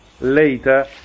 later